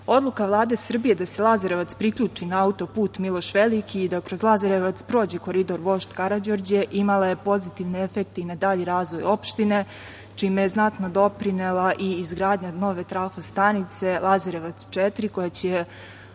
Vlade Srbije da se Lazarevac priključi na autoput "Miloš Veliki" i da kroz Lazarevac prođe Koridor "Vožd Karađorđe", imala je pozitivne efekte i na dalji razvoj opštine, čime je znatno doprinela i izgradnja nove trafostance "Lazarevac 4", koja će